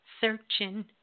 Searching